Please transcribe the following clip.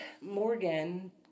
morgan